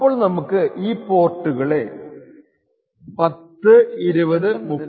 അപ്പോൾ നമുക്ക് ഈ പോർട്ടുകളെ 10 20 30 40 എന്നിങ്ങനെ വിളിക്കാം